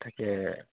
তাকে